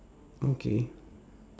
okay